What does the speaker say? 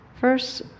first